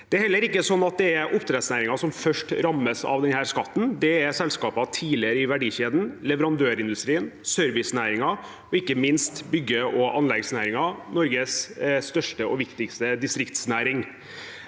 heller ikke sånn at det er oppdrettsnæringen som først rammes av denne skatten. Det er selskaper tidligere i verdikjeden, leverandørindustrien, servicenæringen og ikke minst bygge- og anleggsnæringen, Norges største og viktigste distriktsnæring.